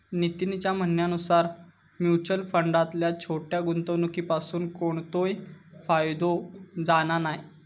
नितीनच्या म्हणण्यानुसार मुच्युअल फंडातल्या छोट्या गुंवणुकीपासून कोणतोय फायदो जाणा नाय